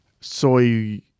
Soy